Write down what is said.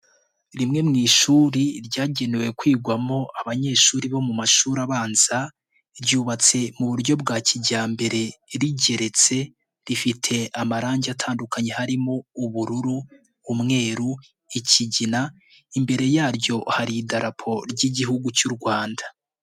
Rimwe mu ishuri ryagenewe kwigwamo abanyeshuri bo mu mashuri abanza, ryubatse mu buryo bwa kijyambere rigeretse, rifite amarangi atandukanye harimo ubururu, umweru, ikigina, imbere yaryo hari idarapo ry'Igihugu cy'u Rwanda.